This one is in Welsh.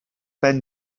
ben